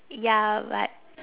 ya but